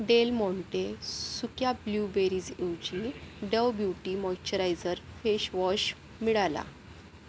del Monte सुक्या ब्लूबेरीजऐवजी Dove beauty moisturiser face wash मिळाला